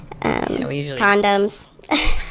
condoms